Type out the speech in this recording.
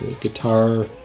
guitar